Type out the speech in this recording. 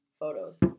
Photos